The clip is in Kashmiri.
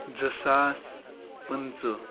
زٕ ساس پنٛژٕ